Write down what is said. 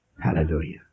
Hallelujah